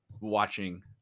watching